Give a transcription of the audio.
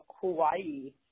Hawaii